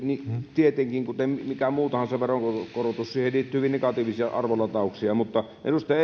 tietenkin kuten mikä tahansa veronkorotus siihen liittyy hyvin negatiivisia arvolatauksia mutta edustaja